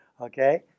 Okay